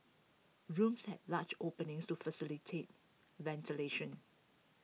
rooms had large openings to facilitate ventilation